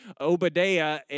Obadiah